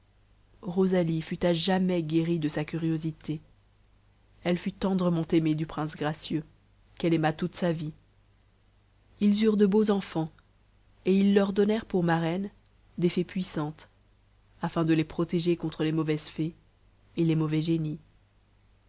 rosalie fut à jamais guérie de sa curiosité elle fut tendrement aimée du prince gracieux qu'elle aima toute sa vie ils eurent de beaux enfants et ils leur donnèrent pour marraines des fées puissantes afin de les protéger contre les mauvaises fées et les mauvais génies